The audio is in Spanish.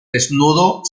desnudo